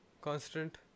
constant